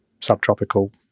subtropical